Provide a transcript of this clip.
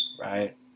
right